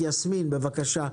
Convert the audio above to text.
יסמין, בבקשה.